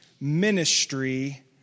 Ministry